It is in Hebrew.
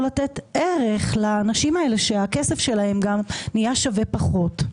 לתת ערך לאנשים האלה שהכסף שלהם גם נהיה שווה פחות.